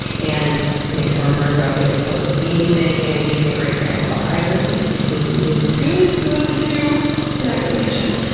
and nick thorburn wrote and composed the theme music and he is in a great band called islands, in case you need some new tunes to listen to in isolation.